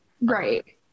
Right